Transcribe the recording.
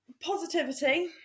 Positivity